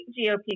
GOP